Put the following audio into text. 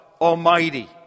Almighty